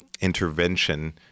intervention